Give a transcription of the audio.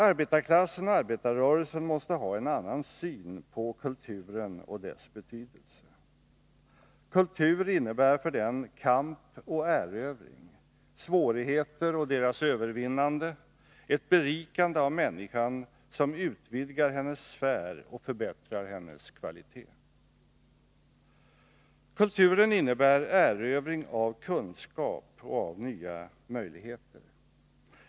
Arbetarklassen och arbetarrörelsen måste ha en annan syn på kulturen och dess betydelse. Kultur innebär för dem kamp och erövring, svårigheter och deras övervinnande, ett berikande av människan som utvidgar hennes sfär och förbättrar hennes kvalitet. Kulturen innebär erövring av kunskap och av nya möjligheter.